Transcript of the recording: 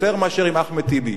יותר מאשר עם אחמד טיבי.